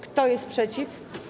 Kto jest przeciw?